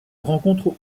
rencontre